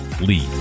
lead